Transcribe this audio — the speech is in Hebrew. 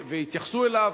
ויתייחסו אליו,